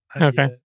Okay